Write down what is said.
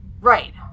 Right